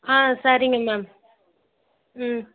ஆ சரிங்க மேம் ம்